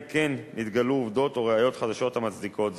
כן נתגלו עובדות או ראיות חדשות המצדיקות זאת.